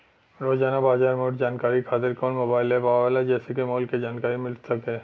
रोजाना बाजार मूल्य जानकारी खातीर कवन मोबाइल ऐप आवेला जेसे के मूल्य क जानकारी मिल सके?